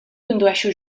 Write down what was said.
condueixo